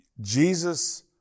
Jesus